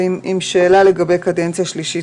עם שאלה לגבי קדנציה שלישית.